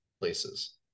places